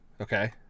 Okay